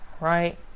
right